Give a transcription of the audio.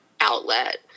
outlet